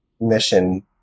mission